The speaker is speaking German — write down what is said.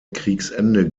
kriegsende